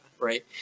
right